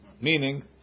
Meaning